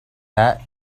that